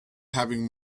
having